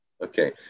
Okay